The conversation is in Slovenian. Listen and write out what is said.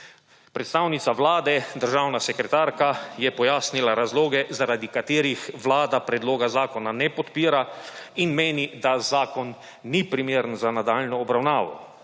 Predstavnica Vlade, državna sekretarka je pojasnila razloge, zaradi katerih vlada predloga zakona ne podpira, in meni, da zakon ni primeren za nadaljnjo obravnavo.